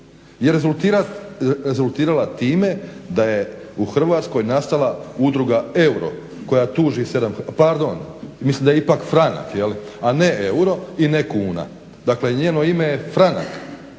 je rezultirala time da je u Hrvatsko nastala Udruga euro koja tuži pardon mislim da je ipak franak a ne euro i ne kuna, dakle njeno je ime Franak.